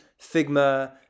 Figma